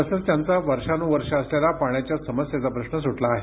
तसचं त्यांचा वर्षानुवर्षे असलेला पाण्याच्या समस्येचा प्रश्न सुटला आहे